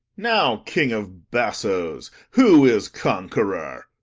now, king of bassoes, who is conqueror?